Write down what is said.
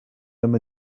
them